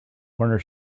corner